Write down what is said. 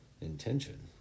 intention